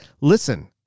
listen